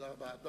תודה רבה.